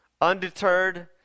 Undeterred